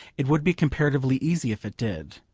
it would be comparatively easy if it did.